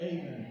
Amen